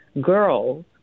girls